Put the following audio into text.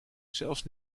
zelfs